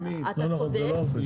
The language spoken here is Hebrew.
הרבה.